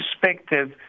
perspective